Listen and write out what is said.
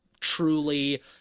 truly